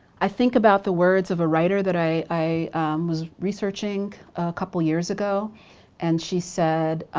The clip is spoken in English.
i think about the words of a writer that i i was researching a couple of years ago and she said,